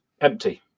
empty